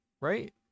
Right